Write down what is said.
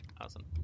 Awesome